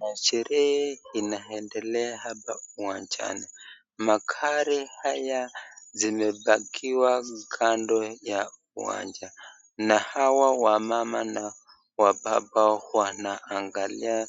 Masherehe inaendelea hapa uwanjani, magari hawa zimepakiwa kando ya uwanja na hawa wamama na wababa wanaangalia